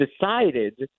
decided